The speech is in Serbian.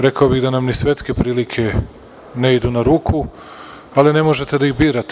Rekao bih da nam ni svetske prilike ne idu na ruku, ali ne možete da ih birate.